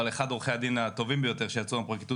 אבל הוא אחד מעורכי הדין הטובים ביותר שיצאו מהפרקליטות